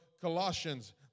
Colossians